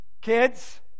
kids